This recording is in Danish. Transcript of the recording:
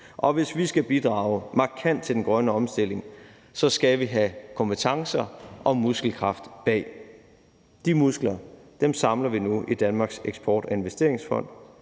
Og hvis vi skal bidrage markant til den grønne omstilling, så skal vi have kompetencer og muskelkraft bag. De muskler samler vi nu i Danmarks Eksport- og Investeringsfond,